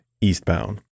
Eastbound